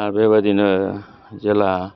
आर बेबायदिनो जेला